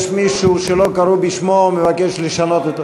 יש מישהו שלא קראו בשמו או מבקש לשנות?